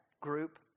group